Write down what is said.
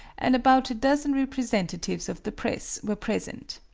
and about a dozen representatives of the press were present.